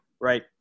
right